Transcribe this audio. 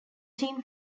team